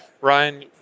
Ryan